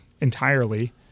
entirely